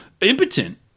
Impotent